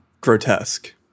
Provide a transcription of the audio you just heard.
grotesque